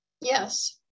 Yes